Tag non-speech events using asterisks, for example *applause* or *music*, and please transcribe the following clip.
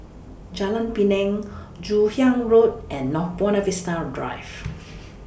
Jalan Pinang Joon Hiang Road and North Buona Vista Drive *noise*